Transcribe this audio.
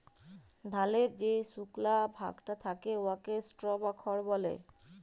ধালের যে সুকলা ভাগটা থ্যাকে উয়াকে স্ট্র বা খড় ব্যলে